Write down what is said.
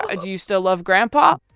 ah do you still love grandpa?